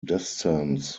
descends